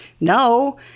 no